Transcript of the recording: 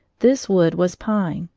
this wood was pine,